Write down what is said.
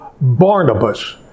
Barnabas